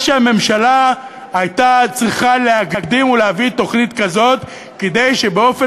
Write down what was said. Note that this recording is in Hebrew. או שהממשלה הייתה צריכה להקדים ולהביא תוכנית כזאת כדי שבאופן